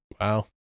Wow